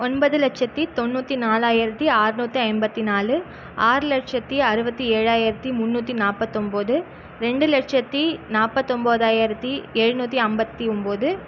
ஒன்பது லட்சத்து தொண்ணூற்றி நாலாயிரத்து அறநூத்தி ஐம்பத்து நாலு ஆறு லட்சத்து அறுபத்தி ஏழாயிரத்து முன்னூற்றி நாற்பத்து ஒம்பது ரெண்டு லட்சத்து நாற்பத்து ஒம்பதாயிரத்தி எழுநூற்றி ஐம்பத்தி ஒம்பது